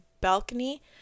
balcony